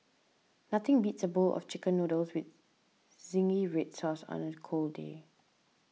nothing beats a bowl of Chicken Noodles with Zingy Red Sauce on a cold day